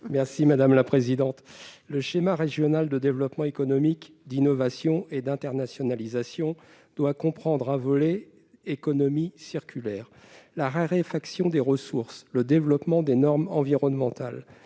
l'amendement n° 7 rectifié . Le schéma régional de développement économique, d'innovation et d'internationalisation doit comprendre un volet relatif à l'économie circulaire. La raréfaction des ressources, le développement des normes environnementales,